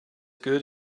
good